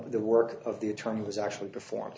the work of the attorney was actually perform